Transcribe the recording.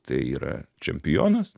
tai yra čempionas